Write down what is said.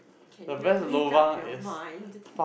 can you make up your mind